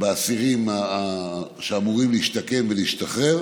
באסירים שאמורים להשתקם ולהשתחרר.